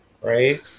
right